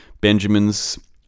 Benjamins